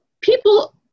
people